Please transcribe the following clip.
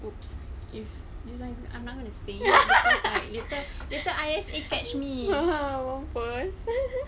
!oops! if this [one] if I'm not gonna say later later I_S_A mampus